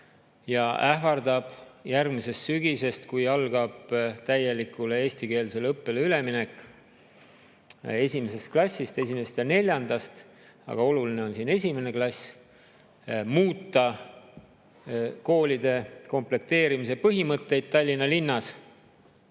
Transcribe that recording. ja ähvardab järgmisest sügisest, kui algab täielikule eestikeelsele õppele üleminek esimesest klassist – esimesest ja neljandast, aga oluline on siin esimene klass –, muuta koolide komplekteerimise põhimõtteid Tallinna linnas.